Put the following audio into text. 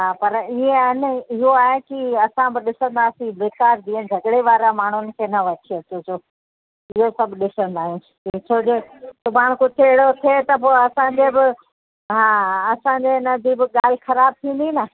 हा पर ईअं आहे न इहो आहे की असां ब ॾिसंदासीं बेकार जीअं झगिड़े वारा माण्हूनि खे न वठी अचिजो इहो सभु ॾिसंदा आहियूं छोजो सुभाणे कुझु अहिड़ो थिए त पोइ असांजे बि हा हा असांजे इन जी बि ॻाल्हि ख़राब थींदी न